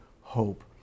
hope